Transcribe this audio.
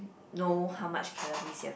know how much calories you've